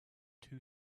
two